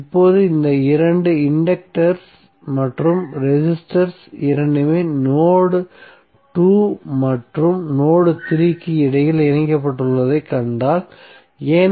இப்போது இந்த இரண்டு இன்டக்டர்ஸ் மற்றும் ரெசிஸ்டர்ஸ் இரண்டுமே நோட் 2 மற்றும் நோட் 3 க்கு இடையில் இணைக்கப்பட்டுள்ளதைக் கண்டால் ஏன்